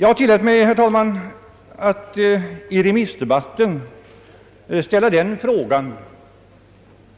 Jag tillät mig, herr talman, att i remissdebatten ställa den frågan: